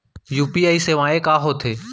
UPI सेवाएं का होथे?